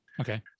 okay